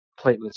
platelets